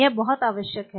यह बहुत आवश्यक है